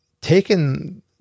taken